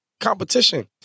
competition